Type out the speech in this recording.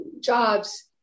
jobs